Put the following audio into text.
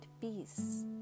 peace